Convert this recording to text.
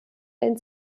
wenn